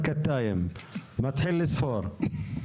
עכשיו חזרתי מתל אביב,